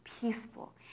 peaceful